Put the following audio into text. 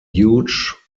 huge